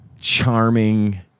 charming